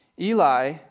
Eli